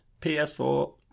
PS4